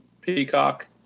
Peacock